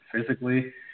physically